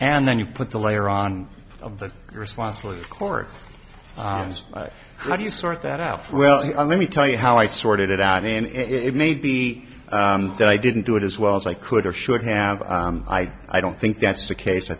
and then you put the layer on of the responsibility of course is how do you sort that out well let me tell you how i sorted it out and it may be i didn't do it as well as i could or should have i i don't think that's the case i